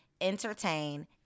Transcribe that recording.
entertain